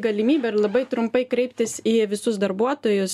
galimybe ir labai trumpai kreiptis į visus darbuotojus